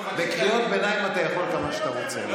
בקריאות ביניים אתה יכול כמה שאתה רוצה.